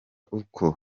uko